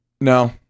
No